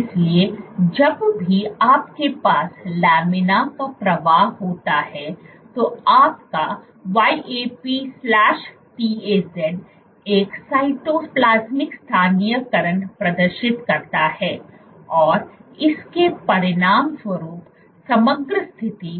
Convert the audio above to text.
इसलिए जब भी आपके पास लामिना का प्रवाह होता है तो आपका YAP TAZ एक साइटोप्लाज्मिक स्थानीयकरण प्रदर्शित करता है और इसके परिणामस्वरूप समग्र स्थिति